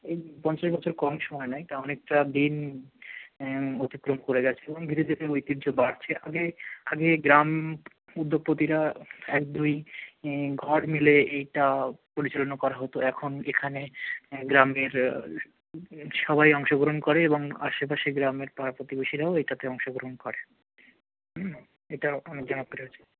এই পঞ্চাশ বছর কম সময় নয় তা অনেকটা দিন অতিক্রম করে গেছে এবং ধীরে ধীরে ঐতিহ্য বাড়ছে আগে আগে গ্রাম উদ্যোগপতিরা এক দুই ঘর মিলে এইটা পরিচালনা করা হতো এখন এখানে গ্রামের সবাই অংশগ্রহণ করে এবং আশেপাশে গ্রামের পাড়া প্রতিবেশীরাও এটাতে অংশগ্রহণ করে এটা অনেক জানা প্রচার আছে